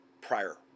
prior